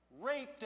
Raped